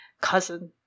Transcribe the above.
Cousin